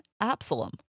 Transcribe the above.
Absalom